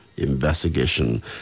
investigation